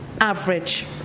average